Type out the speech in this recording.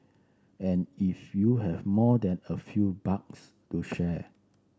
and if you have more than a few bucks to share